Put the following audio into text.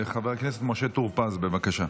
חבר הכנסת משה טור פז, בבקשה.